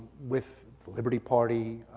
with liberty party,